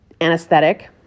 anesthetic